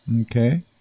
Okay